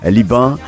Liban